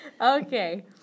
Okay